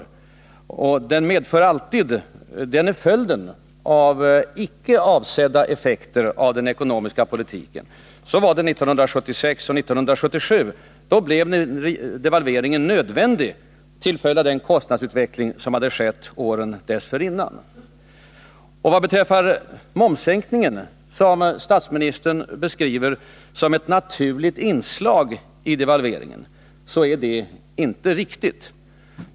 En devalvering är alltid följden av icke avsedda effekter av den ekonomiska politiken. Så var det 1976 och 1977. Då blev devalveringen nödvändig till följd av den kostnadsutveckling som hade skett åren dessförinnan. Statsministern beskriver momssänkningen som ett naturligt inslag i devalveringen. Detta är inte riktigt.